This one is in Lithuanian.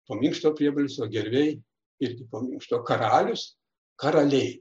po minkšto priebalsio gerviai ir tipo minkšto karalius karaliai